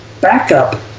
backup